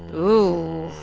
oh